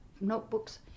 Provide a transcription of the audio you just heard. notebooks